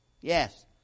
Yes